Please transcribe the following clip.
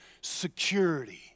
security